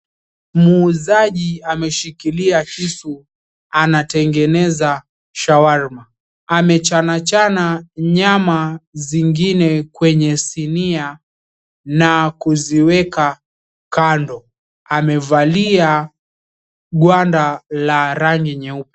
Muuzaji ameshikilia kisu anatengeneza shawarma. Amechanachana nyama zingine kwenye sinia na kuziweka kando. Amevalia gwanda la rangi nyeupe.